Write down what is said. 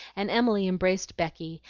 and emily embraced becky,